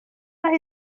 aho